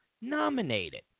nominated